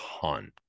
ton